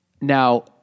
now